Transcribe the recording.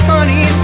Funny